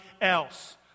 else